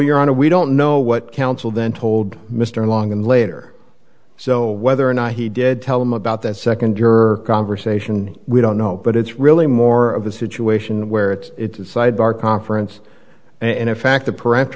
you're on a we don't know what counsel then told mr long and later so whether or not he did tell him about that second juror conversation we don't know but it's really more of a situation where it's a sidebar conference and in fact the pere